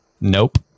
Nope